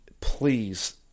Please